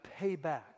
payback